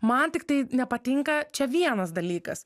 man tiktai nepatinka čia vienas dalykas